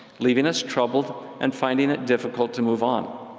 leaving us troubled, and finding it difficult to move on.